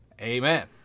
amen